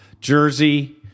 jersey